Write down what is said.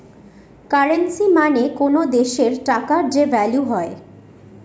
currency মানে কোনো দেশের টাকার যে ভ্যালু হয়